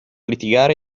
litigare